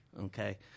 okay